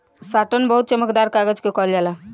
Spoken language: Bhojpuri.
साटन बहुत चमकदार कागज के कहल जाला